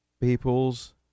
people's